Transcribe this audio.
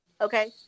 okay